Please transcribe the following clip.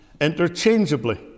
interchangeably